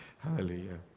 Hallelujah